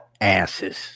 asses